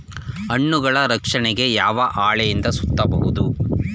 ಹಣ್ಣುಗಳ ರಕ್ಷಣೆಗೆ ಯಾವ ಹಾಳೆಯಿಂದ ಸುತ್ತಬಹುದು?